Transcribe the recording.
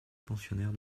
pensionnaire